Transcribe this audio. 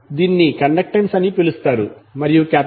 దీనిని కండక్టెన్స్ అని పిలుస్తారు మరియు G